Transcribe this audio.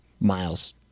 miles